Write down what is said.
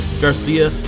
Garcia